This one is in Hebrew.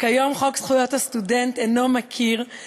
כיום חוק זכויות הסטודנט אינו מכיר,